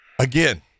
again